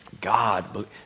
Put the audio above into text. God